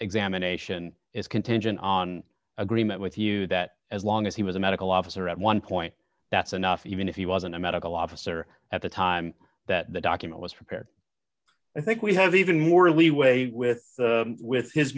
examination is contingent on agreement with you that as long as he was a medical officer at one point that's enough even if he wasn't a medical officer at the time that the document was prepared i think we have even more leeway with with his